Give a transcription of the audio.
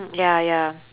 ya ya